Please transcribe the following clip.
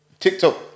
TikTok